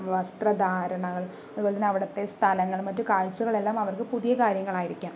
വസ്ത്രധാരണങ്ങൾ അതുപോലെത്തന്നെ അവിടുത്തെ സ്ഥലങ്ങൾ മറ്റു കാഴ്ചകളെല്ലാം അവർക്ക് പുതിയ കാര്യങ്ങളായിരിക്കാം